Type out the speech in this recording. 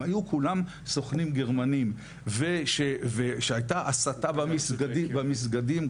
הם היו כולם סוכנים גרמנים ושהייתה הסתה במסגדים,